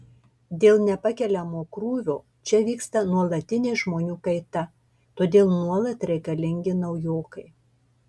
dėl nepakeliamo krūvio čia vyksta nuolatinė žmonių kaita todėl nuolat reikalingi naujokai